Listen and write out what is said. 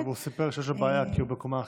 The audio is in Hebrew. כן, אבל הוא סיפר שיש לו בעיה, כי הוא בקומה אחרת.